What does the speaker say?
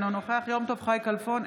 אינו נוכח יום טוב חי כלפון,